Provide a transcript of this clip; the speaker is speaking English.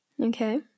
okay